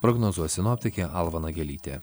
prognozuoja sinoptikė alva nagelytė